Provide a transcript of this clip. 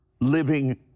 living